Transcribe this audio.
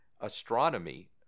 Astronomy